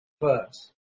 first